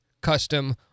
custom